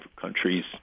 countries